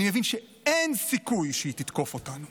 אני מבין שאין סיכוי שהיא תתקוף אותנו.